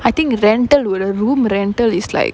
I think rental wou~ a room rental is like